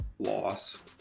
loss